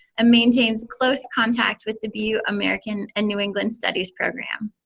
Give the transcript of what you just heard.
maintains close contact with the bu american and new england studies program.